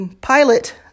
pilot